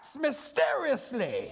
mysteriously